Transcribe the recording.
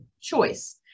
choice